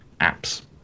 apps